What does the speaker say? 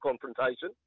confrontation